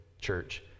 church